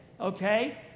Okay